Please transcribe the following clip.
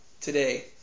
today